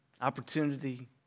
Opportunity